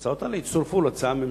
ההצעות האלה יצטרפו להצעה הממשלתית.